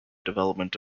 development